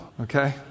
okay